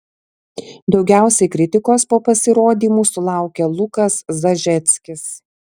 daugiausiai kritikos po pasirodymų sulaukė lukas zažeckis